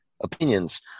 opinions